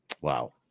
Wow